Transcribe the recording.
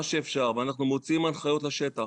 אנחנו מוציאים הנחיות לשטח,